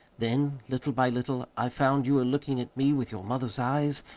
then, little by little, i found you were looking at me with your mother's eyes,